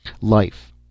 Life